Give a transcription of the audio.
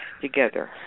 together